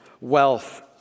wealth